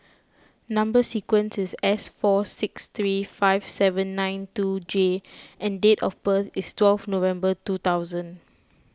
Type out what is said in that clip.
Number Sequence is S four six three five seven nine two J and date of birth is twelve November two thousand